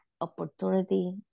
opportunity